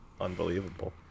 unbelievable